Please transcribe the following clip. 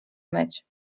myć